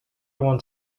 want